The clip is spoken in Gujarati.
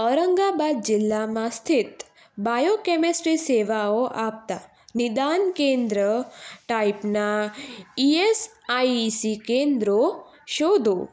ઔરંગાબાદ જિલ્લામાં સ્થિત બાયો કેમેસ્ટ્રી સેવાઓ આપતાં નિદાન કેન્દ્ર ટાઈપનાં ઇએસઆઇઇસી કેન્દ્રો શોધો